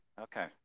Okay